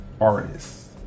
Artists